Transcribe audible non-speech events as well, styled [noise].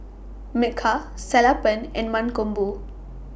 [noise] Milkha Sellapan and Mankombu